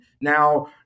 now